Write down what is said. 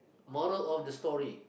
moral of the story